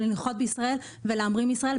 לנחות בישראל ולהמריא מישראל,